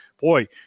Boy